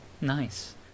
Nice